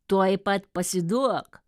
tuoj pat pasiduok